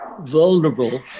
vulnerable